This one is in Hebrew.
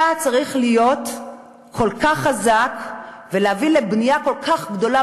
אתה צריך להיות כל כך חזק ולהביא לבנייה כל כך גדולה,